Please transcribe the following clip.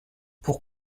pour